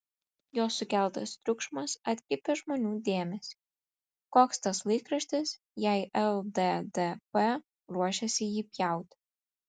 jos sukeltas triukšmas atkreipė žmonių dėmesį koks tas laikraštis jei lddp ruošiasi jį pjauti